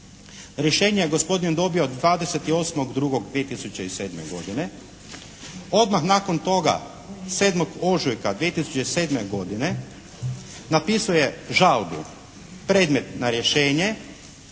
Rješenje je gospodin dobio 28.2.2007. godine, odmah nakon toga 7. ožujka 2007. godine napisao je žalbu predmet na rješenje